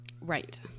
Right